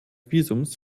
visums